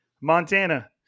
Montana